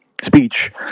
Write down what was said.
speech